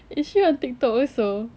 is she on tiktok also